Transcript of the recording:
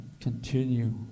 continue